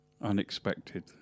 unexpected